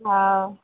हूँ